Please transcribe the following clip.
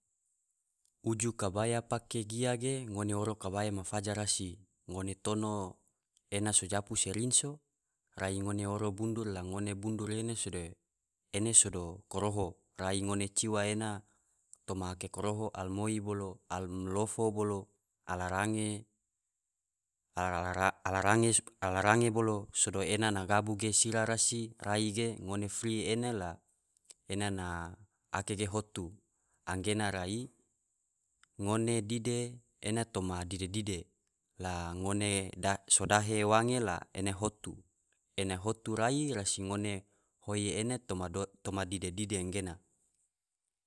Uju kabaya pake gia ge ngone oro kabaya ma faja rasi ngone tono ena so japu se rinso, rai ngone oro bundur la ngone bundur ene sado ene koroho rai ngone ciwa ena toma ake koroho alumoi, bolo alulofo, bolo alurange, bolo sodo ena na magabu ge sira rasi rai ge ngone fri ena la ena na ake ge hotu angena rai ngone dide ena toma dide dide la ngone sodahe wange la ene hotu, ene hotu rai rasi ngone hoi ena toma dide dide gena.